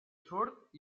surt